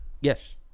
Yes